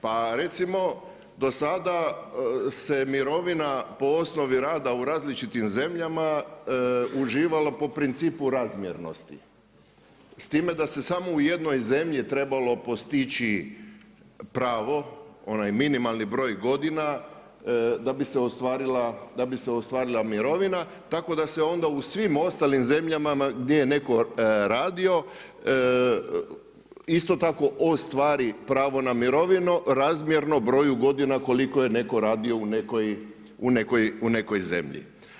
Pa recimo do sada se mirovina, po osnovi rada u različitim zemljama uživala po principu razmjernosti, s time da se samo u jednoj zemlji se trebalo postići pravo, onaj minimalni broj godina da bi se ostvarila mirovina, tako da se onda u svim ostalim zemljama gdje je netko radio, isto tako ostvari pravo na mirovinu razmjenu broju godina koliko je netko radio u nekoj zemlji.